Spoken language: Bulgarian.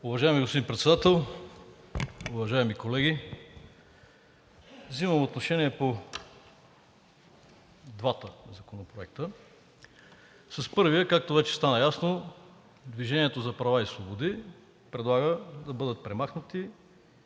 Уважаеми господин Председател, уважаеми колеги! Вземам отношение по двата законопроекта. Както стана ясно, по първия „Движение за права и свободи“ предлага да бъдат премахнати